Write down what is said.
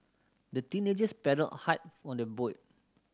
the teenagers paddled hard on their boat